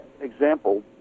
example